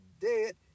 dead